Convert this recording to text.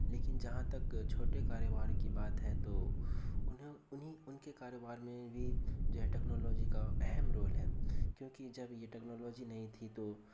لیکن جہاں تک چھوٹے کاروبار کی بات ہے تو انہیں انہیں ان کے کاروبار میں بھی جو ہے ٹیکنالوجی کا اہم رول ہے کیونکہ جب یہ ٹیکنالوجی نئی تھی تو